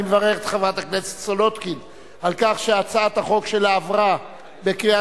אני מברך את חברת הכנסת סולודקין על כך שהצעת החוק שלה עברה בקריאה